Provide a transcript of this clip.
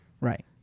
Right